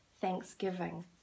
thanksgiving